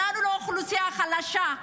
אנחנו לא אוכלוסייה חלשה,